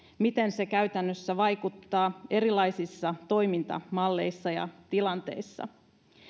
miten se käytännössä vaikuttaa erilaisissa toimintamalleissa ja tilanteissa